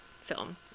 film